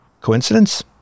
Coincidence